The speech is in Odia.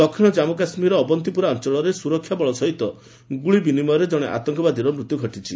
ଦକ୍ଷିଣ ଜାମ୍ମୁ କାଶ୍ମୀରର ଅବନ୍ତିପୁରା ଅଞ୍ଚଳରେ ସୁରକ୍ଷାବଳ ସହିତ ଗୁଳି ବିନିମୟରେ ଜଣେ ଆତଙ୍କବାଦୀର ମୃତ୍ୟୁ ଘଟିଛି